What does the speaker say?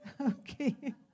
Okay